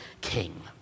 king